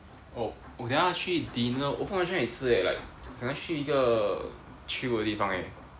oh oh ya 去 dinner 我不懂要去哪里吃 leh like 想要去一个去过的地方哦